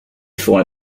for